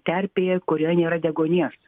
terpėje kurioj nėra deguonies